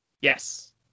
Yes